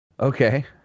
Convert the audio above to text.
Okay